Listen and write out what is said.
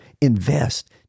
Invest